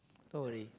don't worry